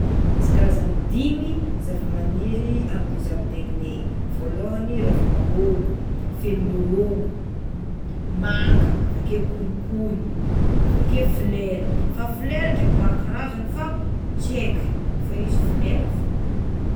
Misy karazany dimy zavamaniry amin'ny zaridaigninay voalohany ravi-mahôgo, felimirongo, m- manga avakeo konikony avakeo flera fa flera ndraiky maro karazany fa tsy aiky fa izy flera fô.